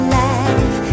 life